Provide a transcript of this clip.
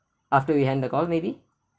after we end the call maybe